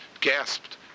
gasped